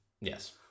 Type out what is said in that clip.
Yes